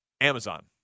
Amazon